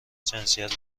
جنسیت